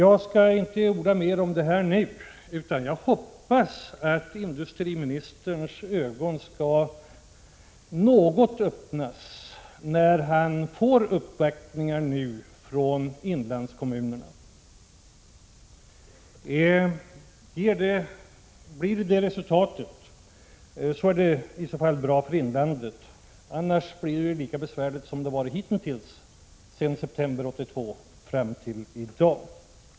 Jag skall inte orda mer om detta nu, utan jag hoppas att industriministerns ögon skall öppnas något när han får uppvaktningar från inlandskommunerna. Om det blir resultatet är det bra för inlandet. Annars blir det lika besvärligt som det har varit hitintills, sedan september 1982 fram till i dag.